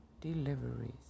deliveries